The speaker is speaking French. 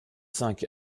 cinq